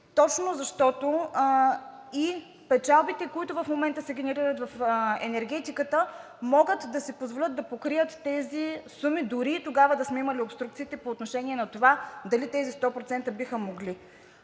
точно защото и печалбите, които в момента се генерират в енергетиката, могат да си позволят да покрият тези суми, дори и тогава да сме имали обструкциите по отношение на това дали тези 100% биха могли.